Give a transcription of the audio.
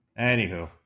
Anywho